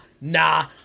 nah